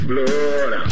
Blood